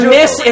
Miss